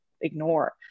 ignore